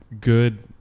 good